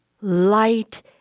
Light